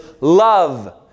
love